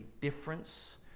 difference